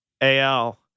al